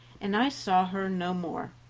and i saw her no more.